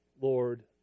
Lord